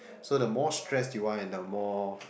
so the boss stress you are ended up more